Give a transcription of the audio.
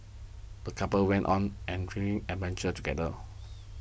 the couple went on an adventure together